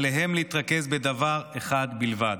עליהם להתרכז בדבר אחד בלבד: